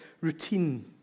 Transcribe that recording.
routine